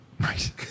right